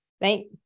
Thank